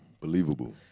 believable